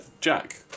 Jack